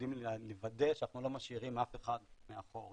יודעים לוודא שאנחנו לא משאירים אף אחד מאחור.